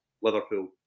Liverpool